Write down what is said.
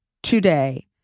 today